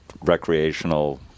recreational